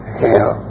hell